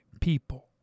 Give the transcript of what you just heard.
people